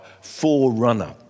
forerunner